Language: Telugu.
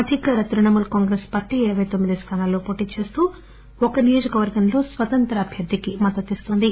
అధికార తృణమూల్ కాంగ్రెస్ పార్టీ ఇరవై తొమ్మిది స్థానాల్లో పోటీ చేస్తూ ఒక నియోజకవర్గంలో స్వతంత్ర అభ్యర్థికి మద్దతు ఇన్తోంది